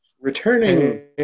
returning